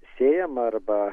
sėjama arba